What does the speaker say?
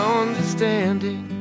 understanding